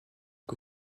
que